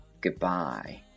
Goodbye